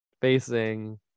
facing